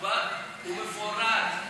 מתוגבר ומפורט,